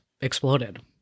exploded